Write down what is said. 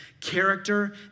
character